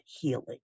healing